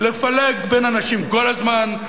לפלג בין אנשים כל הזמן,